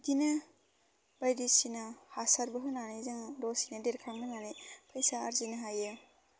बिदिनो बायदिसिना हासारबो होनानै जों दसेनो देरखांहोनानै फैसा आरजिनो हायो